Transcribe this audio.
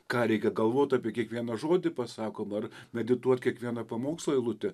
ką reikia galvot apie kiekvieną žodį pasakomą ar medituot kiekvieną pamokslo eilutę